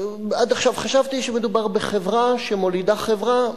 עד עכשיו חשבתי שמדובר בחברה שמולידה חברה,